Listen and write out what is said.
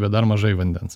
bet dar mažai vandens